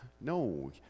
No